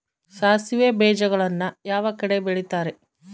ಸಾಸಿವೆ ಬೇಜಗಳನ್ನ ಯಾವ ಕಡೆ ಬೆಳಿತಾರೆ?